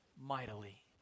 mightily